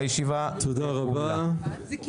הישיבה ננעלה בשעה 11:01.